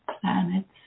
planets